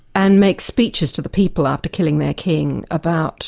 and make speeches to the people after killing their king, about